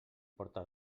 porta